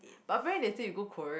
but very detail you go Korea